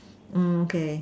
mm okay